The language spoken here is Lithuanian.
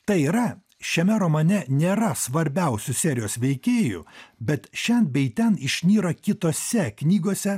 tai yra šiame romane nėra svarbiausių serijos veikėjų bet šen bei ten išnyra kitose knygose